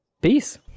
peace